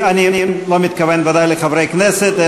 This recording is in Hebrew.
אני לא מתכוון ודאי לחברי כנסת,